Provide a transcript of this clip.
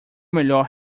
melhor